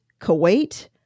Kuwait